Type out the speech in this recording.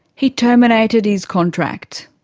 he terminated his contract.